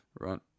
right